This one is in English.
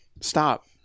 Stop